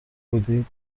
بودی